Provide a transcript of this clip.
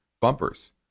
Bumpers